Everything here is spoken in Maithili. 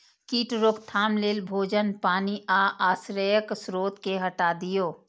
कीट रोकथाम लेल भोजन, पानि आ आश्रयक स्रोत कें हटा दियौ